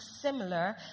similar